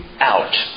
out